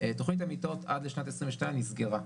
תוכנית המיטות עד לשנת 22' נסגרה,